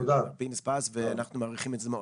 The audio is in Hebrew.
אופיר פינס פז, אנחנו מעריכים את זה מאוד.